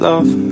Love